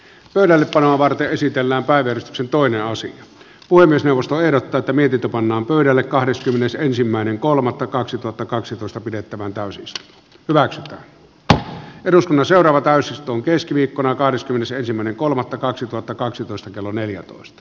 pöydällepanoa varten esitellään kaiken sen toimiasi puhemiesneuvosto eivät tätä mietitä pannaan pöydälle kahdeskymmenesensimmäinen kolmannetta kaksituhattakaksitoista pidettävän kanslisti ylläksen eduskunnan seuraava täys on keskiviikkona kahdeskymmenesensimmäinen kolmannetta kaksituhattakaksitoista kello neljätoista